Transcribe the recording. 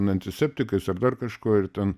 antiseptikais ar dar kažkuo ir ten